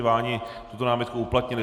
Váni tuto námitku uplatnili.